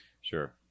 Sure